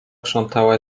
krzątała